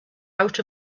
out